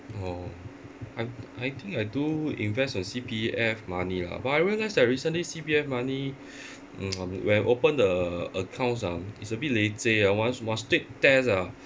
oh I I think I do invest on C_P_F money lah but I realise that recently C_P_F money um when I open the accounts ah it's a bit leceh ah once must take test ah